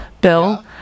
Bill